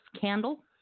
candle